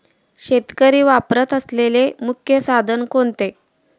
शेतकरी वापरत असलेले मुख्य साधन कोणते?